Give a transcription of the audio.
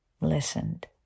listened